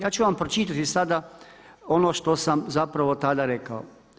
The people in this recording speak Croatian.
Ja ću vam pročitati sada ono što sam zapravo tada rekao.